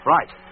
Right